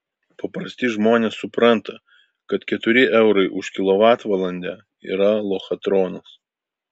paprasti žmonės supranta kad keturi eurai už kilovatvalandę yra lochatronas